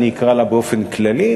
אני אקרא לה באופן כללי,